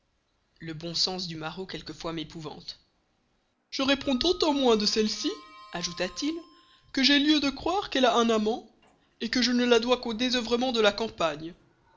le bon sens du maraud quelquefois m'épouvante je réponds d'autant moins de celle-ci ajouta-t-il que j'ai lieu de croire qu'elle a un amant que je ne la dois qu'au désœuvrement de la campagne